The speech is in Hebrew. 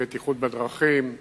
לבטיחות הדרכים,